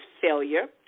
failure